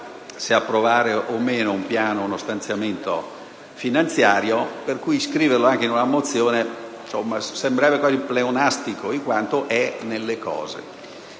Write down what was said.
se approvare o no un piano, uno stanziamento finanziario; per cui scriverlo anche in una mozione sembrerebbe quasi pleonastico in quanto è nelle cose.